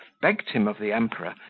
begged him of the emperor,